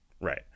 Right